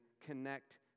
connect